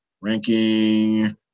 ranking